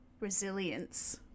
resilience